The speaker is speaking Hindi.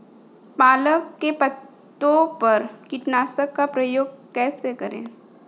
पालक के पत्तों पर कीटनाशक का प्रयोग कैसे करें?